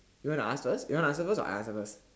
you wanna ask first you wanna answer first or I answer first